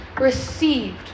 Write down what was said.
received